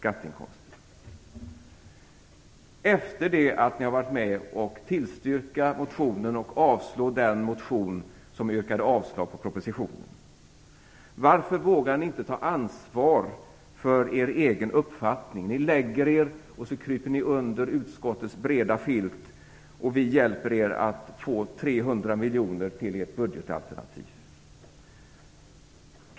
Och detta skriver Kristdemokraterna efter det att man har varit med om att tillstyrka motioner och att avstyrka den motion som yrkar avslag på propositionen. Varför vågar ni inte ta ansvar för er egen uppfattning? Ni lägger er och kryper under utskottets breda filt, och vi hjälper er att få 300 miljoner till ert budgetalternativ.